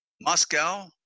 Moscow